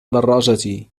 دراجتي